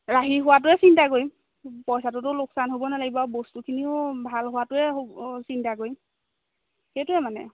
ৰাহি হোৱাটোৱে চিন্তা কৰিম পইচাটোতো লোকচান হ'ব নালাগিব আৰু বস্তুখিনিও ভাল হোৱাতোৱে চিন্তা কৰিম সেইটোৱে মানে